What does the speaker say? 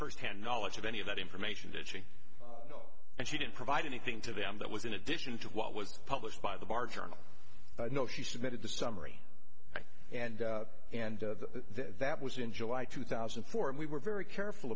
firsthand knowledge of any of that information that you know and she didn't provide anything to them that was in addition to what was published by the bar journal but no she submitted the summary and and that was in july two thousand and four and we were very careful